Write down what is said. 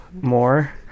More